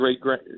great